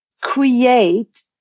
create